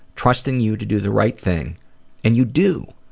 trusting you to do the right thing and you do.